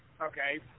Okay